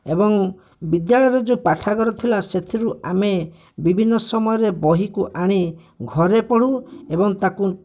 ଏବଂ ବିଦ୍ୟାଳୟର ଯେଉଁ ପାଠାଗାର ଥିଲା ସେଥିରୁ ଆମେ ବିଭିନ୍ନ ସମୟରେ ବହିକୁ ଆଣି ଘରେ ପଢ଼ୁ ଏବଂ ତାକୁ